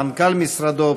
מנכ"ל משרדו,